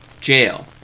jail